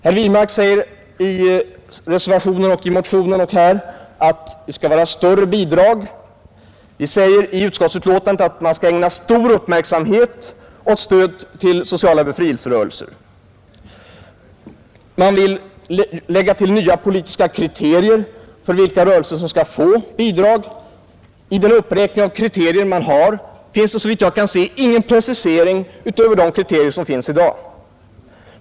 Herr Wirmark säger i reservationen och motionen att det bör vara större bidrag. Vi säger i utskottets betänkande att man skall ägna stor uppmärksamhet och stöd åt sociala befrielserörelser. Man vill tilllägga nya politiska kriterier på vilka rörelser som skall få bidrag. I den uppräkning av kriterier som man gör finns såvitt jag kan se ingen precisering utöver den som gäller i dag.